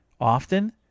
Often